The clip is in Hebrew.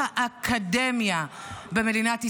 אנשי האקדמיה במדינת ישראל.